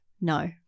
no